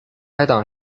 该党